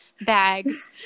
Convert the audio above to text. bags